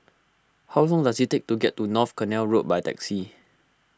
how long does it take to get to North Canal Road by taxi